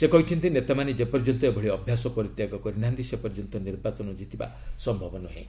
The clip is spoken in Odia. ସେ କହିଛନ୍ତି ନେତାମାନେ ଯେପର୍ଯ୍ୟନ୍ତ ଏଭଳି ଅଭ୍ୟାସ ପରିତ୍ୟାଗ କରି ନାହାନ୍ତି ସେପର୍ଯ୍ୟନ୍ତ ନିର୍ବାଚନ ଜିତିବା ସମ୍ଭବ ନୁହେଁ